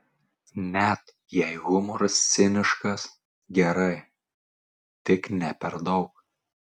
net jei humoras ciniškas gerai tik ne per daug